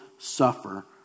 suffer